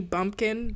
Bumpkin